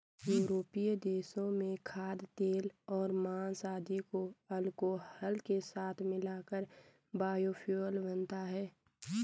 यूरोपीय देशों में खाद्यतेल और माँस आदि को अल्कोहल के साथ मिलाकर बायोफ्यूल बनता है